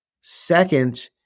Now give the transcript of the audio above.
Second